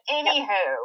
anywho